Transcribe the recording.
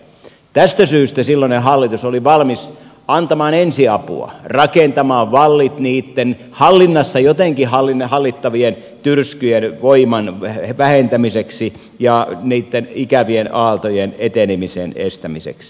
tästä syystä silloinen hallitus oli valmis antamaan ensiapua rakentamaan vallit niitten jotenkin hallittavien tyrskyjen voiman vähentämiseksi ja niitten ikävien aaltojen etenemisen estämiseksi